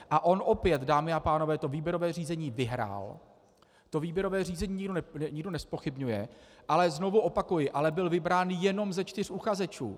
A on opět, dámy a pánové, to výběrové řízení vyhrál, to výběrové řízení nikdo nezpochybňuje, ale, znovu opakuji, byl vybrán jenom ze čtyř uchazečů.